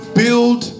build